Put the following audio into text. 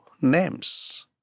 names